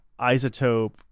isotope